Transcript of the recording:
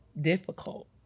difficult